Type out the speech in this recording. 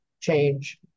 change